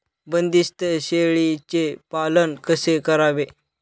बंदिस्त शेळीचे पालन कसे करावे?